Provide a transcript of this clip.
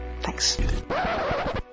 Thanks